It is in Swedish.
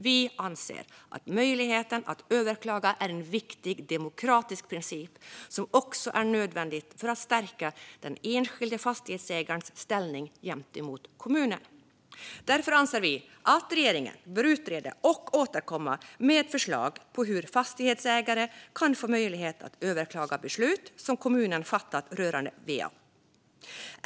Vi anser att möjligheten att överklaga är en viktig demokratisk princip som också är nödvändig för att stärka den enskilda fastighetsägarens ställning gentemot kommunen. Därför anser vi att regeringen bör utreda och återkomma med förslag på hur fastighetsägare kan få möjlighet att överklaga beslut som kommunen fattat rörande va.